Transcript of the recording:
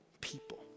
people